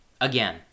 Again